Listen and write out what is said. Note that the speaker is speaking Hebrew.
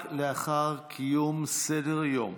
רק לאחר קיום סדר-היום,